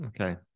Okay